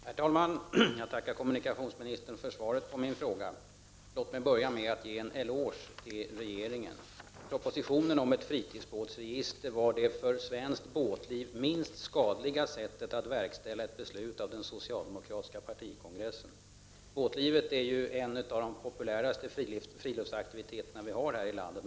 Herr talman! Jag tackar kommunikationsministern för svaret på min fråga. Låt mig börja med att ge en eloge till regeringen. Propositionen om ett fritidsbåtsregister var det för svenskt båtliv minst skadliga sättet att verkställa ett beslut av den socialdemokratiska partikongressen. Båtlivet är ju en av de populäraste friluftsaktiviteterna här i landet.